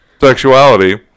Sexuality